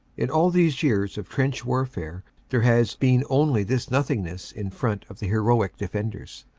in all these years of trench warfare there has been only this nothingness in front of the heroic defenders.